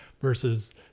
versus